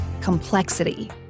complexity